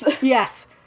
Yes